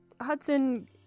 Hudson